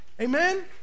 Amen